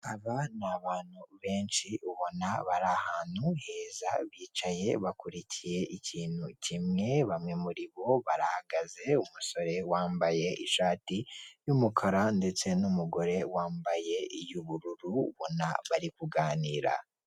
Aba ni abantu benshi ubona bari ahantu heza bicaye bakurikiye ikintu kimwe, bamwe muribo bahagaze umusore wambaye ishati y'umukara ndetse n'umugore wambaye iy'ubururu ubona bari kuganira.